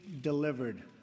delivered